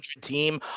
team